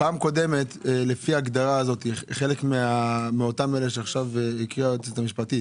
בפעם הקודמת לפי ההגדרה הזאת חלק מאלה שעכשיו הקריאה היועצת המשפטית